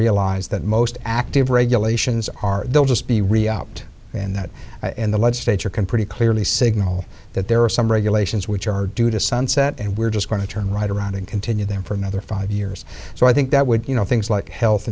realize that most active regulations are they'll just be re out and that in the legislature can pretty clearly signal that there are some regulations which are due to sunset and we're just going to turn right around and continue them for another five years so i think that would you know things like health